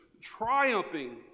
triumphing